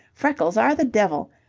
freckles are the devil.